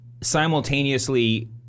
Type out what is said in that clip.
simultaneously